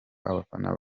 abafana